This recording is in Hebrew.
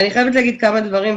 אני חייבת להגיד כמה דברים,